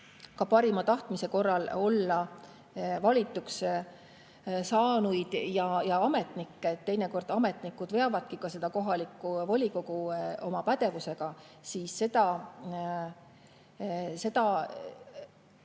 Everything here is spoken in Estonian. ka parima tahtmise korral olla valituks saanuid ja ametnikke, vaid teinekord ametnikud veavadki kohalikku volikogu oma pädevusega, siis seda